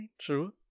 True